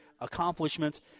accomplishments